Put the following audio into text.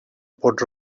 pot